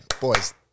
Boys